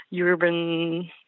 urban